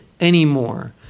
anymore